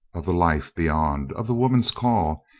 of the life beyond, of the woman's call,